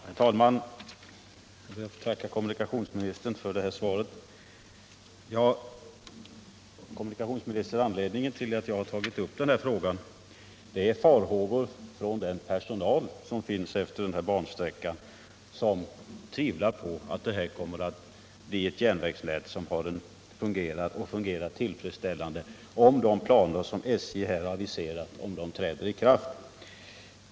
Herr talman! Jag ber att få tacka kommunikationsministern för svaret. Anledningen till att jag tagit upp frågan är farhågor hos den personal som finns efter den här bansträckan och som tvivlar på att de aktuella järnvägsdelarna kommer att fungera tillfredsställande, om de planer som aviserats träder i kraft.